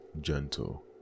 gentle